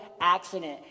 accident